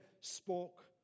spoke